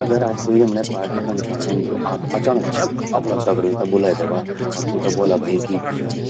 अगर आप यमण्ये क्वे पार्टी कन चाणा, जख आप अचणचक अपणा दगड्यों ते बुलै द्यवा अर तूंते ब्वोला भई कि